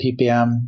ppm